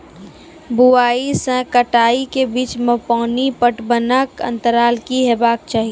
बुआई से कटाई के बीच मे पानि पटबनक अन्तराल की हेबाक चाही?